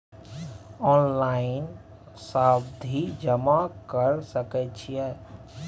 Online सावधि जमा कर सके छिये?